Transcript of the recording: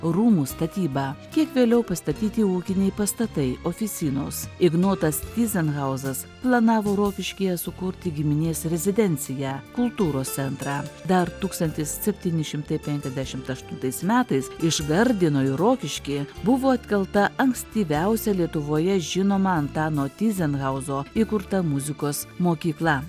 rūmų statyba kiek vėliau pastatyti ūkiniai pastatai oficinos ignotas tyzenhauzas planavo rokiškyje sukurti giminės rezidenciją kultūros centrą dar tūkstantis septyni šimtai penkiasdešimt aštuntais metais iš gardino į rokiškį buvo atkelta ankstyviausia lietuvoje žinoma antano tyzenhauzo įkurta muzikos mokykla